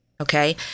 Okay